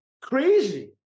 Crazy